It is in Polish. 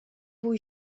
bój